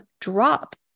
drop